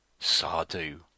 Sardu